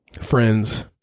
friends